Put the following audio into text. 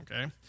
okay